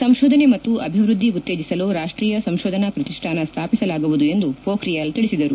ಸಂಶೋಧನೆ ಮತ್ತು ಅಭಿವೃದ್ಧಿ ಉತ್ತೇಜಿಸಲು ರಾಷ್ಟೀಯ ಸಂಶೋಧನಾ ಪ್ರತಿಷ್ಠಾನ ಸ್ಥಾಪಿಸಲಾಗುವುದು ಎಂದು ಪೋಖ್ರಿಯಾಲ್ ತಿಳಿಸಿದರು